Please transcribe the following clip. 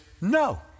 no